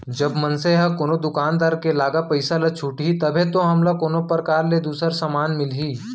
जब मनसे ह कोनो दुकानदार के लागा पइसा ल छुटही तभे तो हमला कोनो परकार ले दूसर समान मिलही